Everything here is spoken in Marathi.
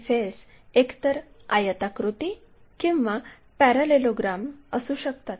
हे फेस एकतर आयताकृती किंवा पॅरालेलोग्रॅम असू शकतात